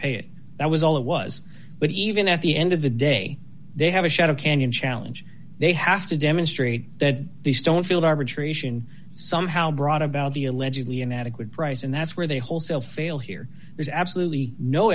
pay it that was all it was but even at the end of the day they have a shot a canyon challenge they have to demonstrate that the stone field arbitration somehow brought about the allegedly inadequate price and that's where they wholesale fail here there's absolutely no